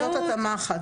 כן, זאת התאמה אחת.